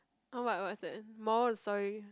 oh what what's that moral of the story